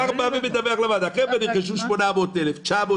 השר מדווח לוועדה: נרכשו 800,000 מכשירים,